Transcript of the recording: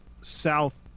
south